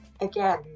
Again